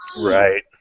Right